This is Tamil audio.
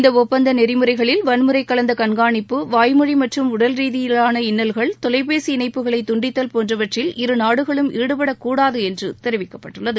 இந்த ஒப்பந்த நெறிமுறைகளில் வன்முறை கலந்த கண்காணிப்பு வாய்மொழி மற்றும் உடல்ரீதியிலான இன்னல்கள் தொலைபேசி இணைப்புகளை துண்டித்தல் போன்றவற்றில் இருநாடுகளும் ஈடுபடக்கூடாது என்று தெரிவிக்கப்பட்டுள்ளது